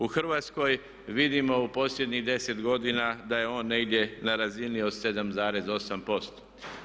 U Hrvatskoj vidimo u posljednjih 10 godina da je on negdje na razini od 7,8%